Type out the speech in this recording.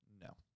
No